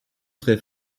très